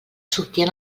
sortien